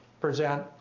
present